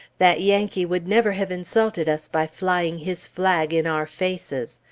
that yankee would never have insulted us by flying his flag in our faces!